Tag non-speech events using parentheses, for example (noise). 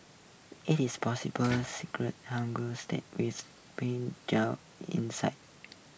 it is (unintelligible) hanger steak with Pink Juicy insides (noise)